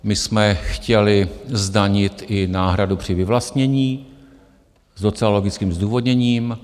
My jsme chtěli zdanit i náhradu při vyvlastnění, s docela logickým zdůvodněním.